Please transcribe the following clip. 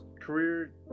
career